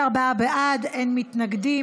אינה נוכחת,